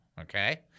Okay